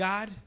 God